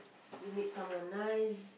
you meet someone nice